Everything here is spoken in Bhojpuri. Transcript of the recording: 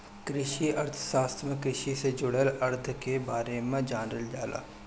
कृषि अर्थशास्त्र में कृषि से जुड़ल अर्थ के बारे में जानल जाला